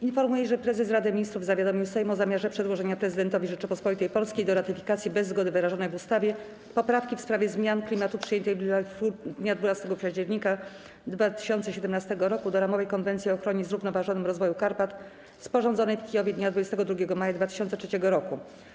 Informuję, że prezes Rady Ministrów zawiadomił Sejm o zamiarze przedłożenia prezydentowi Rzeczypospolitej Polskiej do ratyfikacji, bez zgody wyrażonej w ustawie, poprawki w sprawie zmian klimatu, przyjętej w Lillafüred dnia 12 października 2017 r., do Ramowej Konwencji o ochronie i zrównoważonym rozwoju Karpat, sporządzonej w Kijowie dnia 22 maja 2003 r.